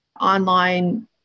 online